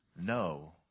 no